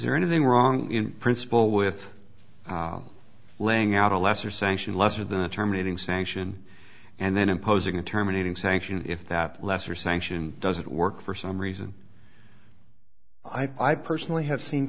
there anything wrong in principle with laying out a lesser sanction lesser than terminating sanction and then imposing a terminating sanction if that lesser sanction doesn't work for some reason i personally have seen